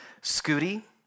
Scooty